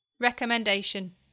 Recommendation